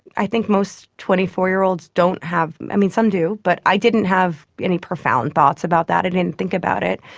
i think most twenty four year olds don't have, i mean, some do, but i didn't have any profound thoughts about that, i and didn't think about it.